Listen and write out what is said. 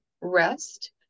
rest